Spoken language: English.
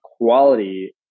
quality